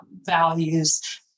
values